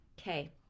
Okay